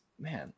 man